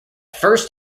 first